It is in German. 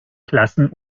klassen